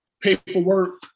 paperwork